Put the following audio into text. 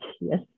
yes